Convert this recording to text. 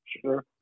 sure